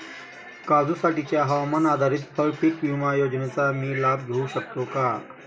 काजूसाठीच्या हवामान आधारित फळपीक विमा योजनेचा मी लाभ घेऊ शकतो का?